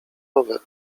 rower